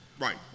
Right